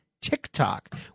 TikTok